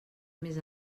més